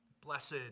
Blessed